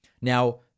Now